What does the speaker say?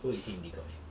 who is him dee kosh